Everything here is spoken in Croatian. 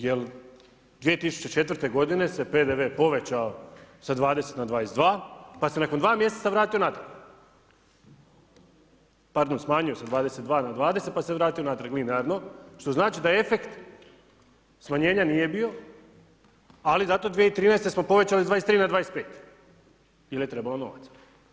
Jer 2004. g. se PDV povećao sa 20 na 22 pa se nakon2 mj. vratio natrag, pardon, smanjio se 22 na 20 pa se vratio natrag linearno, što znači da efekt smanjenja nije bio, ali zato 2013. smo povećali sa 23 na 25 jer je trebalo novac.